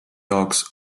jaoks